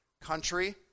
Country